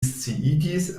sciigis